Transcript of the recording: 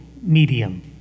medium